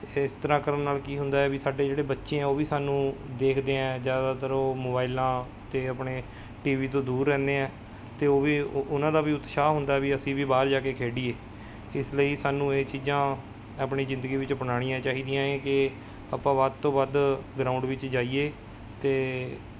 ਇਸ ਤਰ੍ਹਾਂ ਕਰਨ ਨਾਲ ਕੀ ਹੁੰਦਾ ਹੈ ਵੀ ਸਾਡੇ ਜਿਹੜੇ ਬੱਚੇ ਹੈ ਉਹ ਵੀ ਸਾਨੂੰ ਦੇਖਦੇ ਹੈ ਜ਼ਿਆਦਾਤਰ ਉਹ ਮੋਬਾਈਲਾਂ ਅਤੇ ਆਪਣੇ ਟੀ ਵੀ ਤੋਂ ਦੂਰ ਰਹਿੰਦੇ ਹੈ ਅਤੇ ਉਹ ਵੀ ਉਹਨਾਂ ਦਾ ਵੀ ਉਤਸ਼ਾਹ ਹੁੰਦਾ ਹੈ ਵੀ ਅਸੀਂ ਵੀ ਬਾਹਰ ਜਾ ਕੇ ਖੇਡੀਏ ਇਸ ਲਈ ਸਾਨੂੰ ਇਹ ਚੀਜ਼ਾਂ ਆਪਣੀ ਜ਼ਿੰਦਗੀ ਵਿੱਚ ਅਪਣਾਉਣੀਆਂ ਚਾਹੀਦੀਆਂ ਏ ਕਿ ਆਪਾਂ ਵੱਧ ਤੋਂ ਵੱਧ ਗਰਾਊਂਡ ਵਿੱਚ ਜਾਈਏ ਅਤੇ